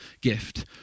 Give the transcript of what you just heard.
gift